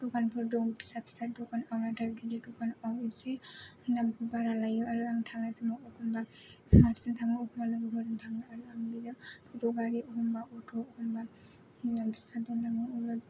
दखानफोर दं फिसा फिसा दखानावनो थायो खिन्थु दुखानाव इसे दामखौ बारा लायो आरो आं थांनाय समाव एखनबा हारसिं थाङो एखनबा लोगोफोरजों थाङो आरो अथ' गारि मोनबा अथ'